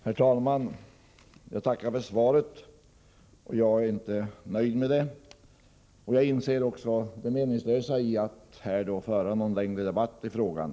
Herr talman! Jag tackar för svaret, men jag är inte nöjd med det. Jag inser det meningslösa i att här föra någon längre debatt i frågan.